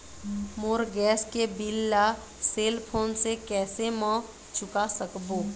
मोर gas के bill ला cell phone से कैसे म चुका सकबो?